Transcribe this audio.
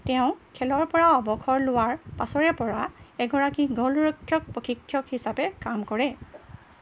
তেওঁ খেলৰপৰা অৱসৰ লোৱাৰ পাছৰেপৰা এগৰাকী গ'লৰক্ষক প্ৰশিক্ষক হিচাপে কাম কৰে